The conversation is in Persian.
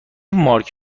مارک